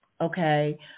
okay